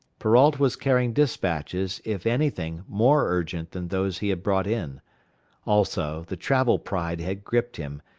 perrault was carrying despatches if anything more urgent than those he had brought in also, the travel pride had gripped him,